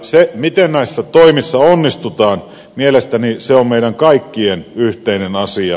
se miten näissä toimissa onnistutaan on mielestäni meidän kaikkien yhteinen asia